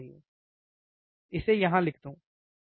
इसे यहाँ लिख दूं